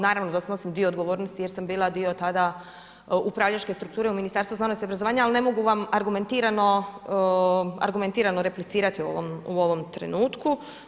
Naravno da snosim dio odgovornosti jer sam bila dio tada upravljačke strukture u Ministarstvu znanosti i obrazovanja ali ne mogu vam argumentirano replicirati u ovom trenutku.